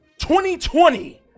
2020